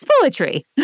poetry